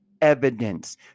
evidence